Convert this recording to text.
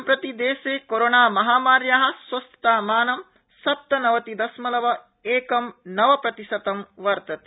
सम्प्रति देशे कोरोनामहामार्या स्वस्थतामानं सप्तनवति दशमलव एकं नव प्रतिशतं वर्तते